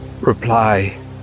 reply